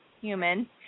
human